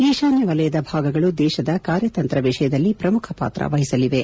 ಈಶಾನ್ಹ ವಲಯದ ಭಾಗಗಳು ದೇಶದ ಕಾರ್ಯತಂತ್ರ ವಿಷಯದಲ್ಲಿ ಪ್ರಮುಖ ಪಾತ್ರ ವಹಿಸಲಿವೆ